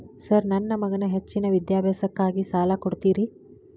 Sir ನನ್ನ ಮಗನ ಹೆಚ್ಚಿನ ವಿದ್ಯಾಭ್ಯಾಸಕ್ಕಾಗಿ ಸಾಲ ಕೊಡ್ತಿರಿ?